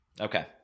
Okay